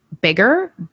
bigger